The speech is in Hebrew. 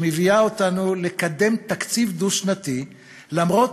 שמביאה אותנו לקדם תקציב דו-שנתי למרות